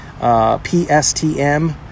PSTM